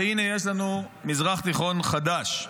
והינה יש לנו מזרח תיכון חדש.